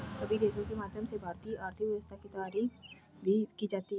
सभी देशों के माध्यम से भारतीय आर्थिक व्यवस्था की तारीफ भी की जाती है